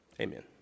Amen